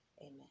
Amen